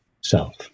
self